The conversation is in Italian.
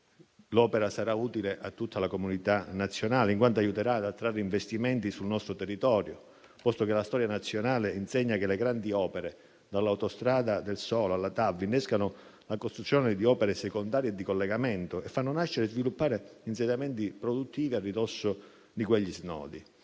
l'opera sarà utile a tutta la comunità nazionale in quanto aiuterà ad attrarre investimenti sul nostro territorio, posto che la storia nazionale insegna che le grandi opere, dall'Autostrada del Sole alla TAV, innescano la costruzione di opere secondarie di collegamento e fanno nascere e sviluppare insediamenti produttivi a ridosso di quegli snodi,